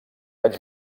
anys